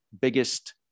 biggest